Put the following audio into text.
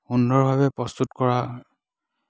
সুন্দৰভাৱে প্ৰস্তুত কৰা